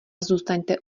zůstaňte